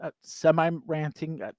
semi-ranting